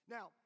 Now